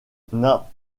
n’a